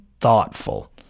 thoughtful